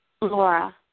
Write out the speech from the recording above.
laura